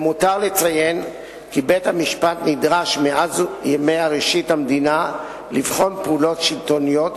למותר לציין כי בית-המשפט נדרש מאז ימי ראשית המדינה לבחון פעולות שלטוניות